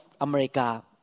America